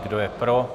Kdo je pro?